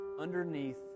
underneath